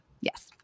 yes